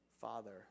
Father